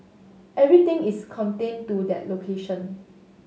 everything is contained to that location